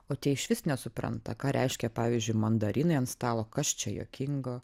o tie išvis nesupranta ką reiškia pavyzdžiui mandarinai ant stalo kas čia juokingo